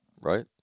right